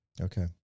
Okay